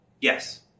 Yes